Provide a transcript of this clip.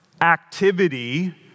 activity